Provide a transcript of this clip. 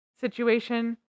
situation